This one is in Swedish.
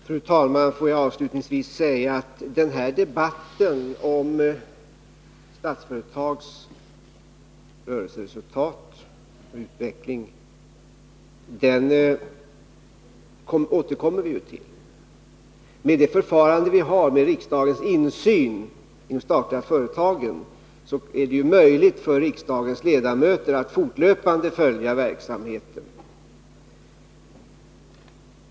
Fru talman! Får jag avslutningsvis säga att vi ju återkommer till den här debatten om Statsföretags rörelseresultat och utveckling. På grund av riksdagens insyn i de statliga företagen är det ju möjligt för riksdagens ledamöter att fortlöpande följa verksamheten.